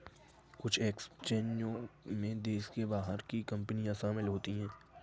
कुछ एक्सचेंजों में देश के बाहर की कंपनियां शामिल होती हैं